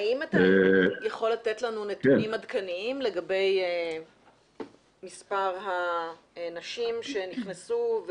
האם אתה יכול לתת לנו נתונים עדכניים לגבי מספר הנשים שנכנסו,